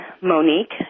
Monique